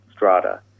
Strata